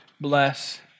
Bless